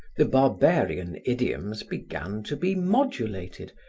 the barbarian idioms began to be modulated,